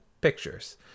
pictures